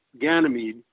Ganymede